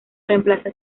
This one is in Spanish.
reemplaza